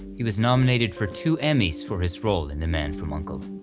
he was nominated for two emmys for his role in the man from uncle.